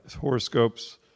horoscopes